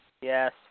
Yes